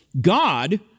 God